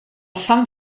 fam